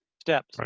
Steps